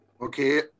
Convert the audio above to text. Okay